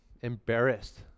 embarrassed